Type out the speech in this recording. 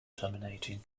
terminating